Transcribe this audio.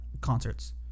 concerts